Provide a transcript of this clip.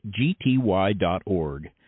gty.org